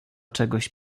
czegoś